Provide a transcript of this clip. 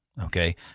Okay